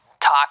talk